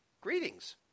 Greetings